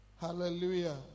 Hallelujah